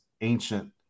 ancient